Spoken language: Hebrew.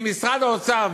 ואם משרד האוצר,